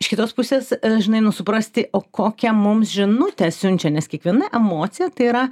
iš kitos pusės žinai nu suprasti o kokią mums žinutę siunčia nes kiekviena emocija tai yra